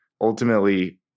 Ultimately